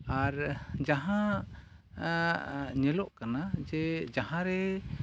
ᱟᱨ ᱡᱟᱦᱟᱸ ᱧᱮᱞᱚᱜ ᱠᱟᱱᱟ ᱡᱮ ᱡᱟᱦᱟᱨᱮ